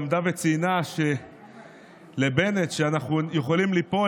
עמדה וציינה לבנט שאנחנו יכולים ליפול,